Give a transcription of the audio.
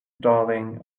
darling